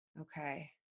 Okay